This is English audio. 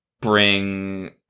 bring